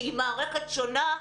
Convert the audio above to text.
שהיא מערכת שונה,